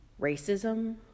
racism